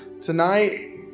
tonight